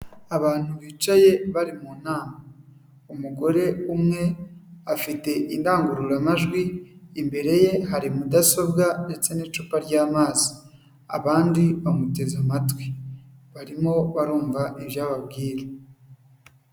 Abantu bicaye bari mu nama, umugore umwe afite indangururamajwi, imbere ye hari mudasobwa ndetse n'icupa ryamazi, abandi bamuteze amatwi barimo barumva ibyo ababwira.